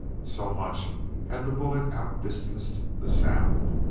so much had the bullet outdistanced the sound.